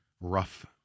rough